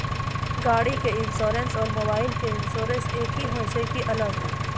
गाड़ी के इंश्योरेंस और मोबाइल के इंश्योरेंस एक होय छै कि अलग?